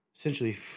Essentially